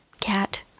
Cat